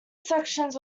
sections